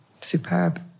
Superb